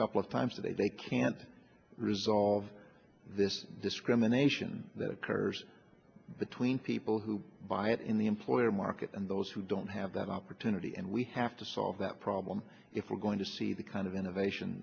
couple of times today they can't resolve this discrimination that occurs between people who buy it in the employer market and those who don't have that opportunity and we have to solve that problem if we're going to see the kind of innovation